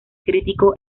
crítico